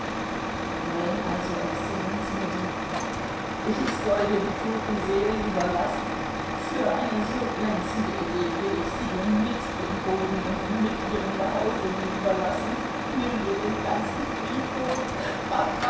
wollen also exzellenz mir die ich soll dir die toten seelen überlassen für eine so glänzende idee will ich sie dir mit dem boden und mit ihren behausungen überlassen nimm dir den ganzen friedhof